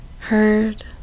heard